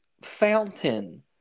fountain